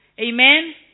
Amen